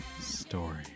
story